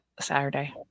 Saturday